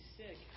sick